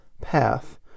path